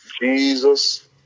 Jesus